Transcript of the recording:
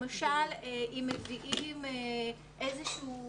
למשל, ‏אם מביאים איזושהי